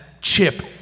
Chip